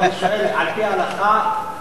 אני שואל: על-פי ההלכה,